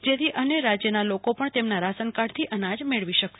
જે અંતર્ગત અન્ય રાજ્યના લોકો પણ તેમના રાશનકાર્ડથી અનાજ મેળવી શકશે